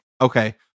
okay